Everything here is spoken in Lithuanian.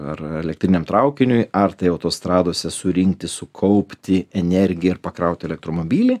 ar elektriniam traukiniui ar tai autostradose surinkti sukaupti energiją ir pakrauti elektromobilį